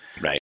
Right